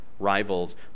rivals